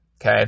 Okay